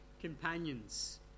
companions